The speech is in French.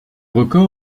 record